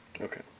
Okay